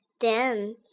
Then